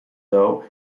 though